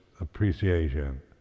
appreciation